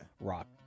rock